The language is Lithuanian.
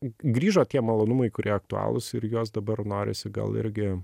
grįžo tie malonumai kurie aktualūs ir juos dabar norisi gal irgi